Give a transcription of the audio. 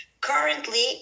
currently